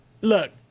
look –